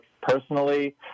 personally